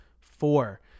four